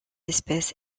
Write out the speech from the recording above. espèce